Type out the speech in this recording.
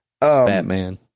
Batman